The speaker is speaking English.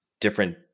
different